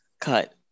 Cut